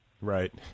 Right